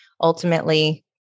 ultimately